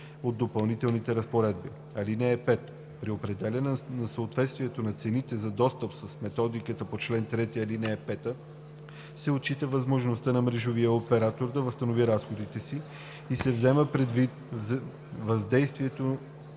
от Допълнителните разпоредби. (5) При определяне на съответствието на цените за достъп с методиката по чл. 3, ал. 5 се отчита възможността на мрежовия оператор да възстанови разходите си, и се взема предвид въздействието